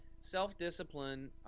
self-discipline